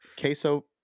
queso